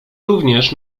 również